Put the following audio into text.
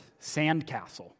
sandcastle